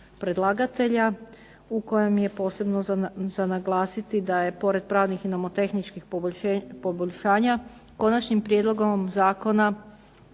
predlagatelja, u kojem je posebno za naglasiti da je pored pravnih i nomotehničkih poboljšanja konačnim prijedlogom Zakona